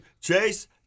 Chase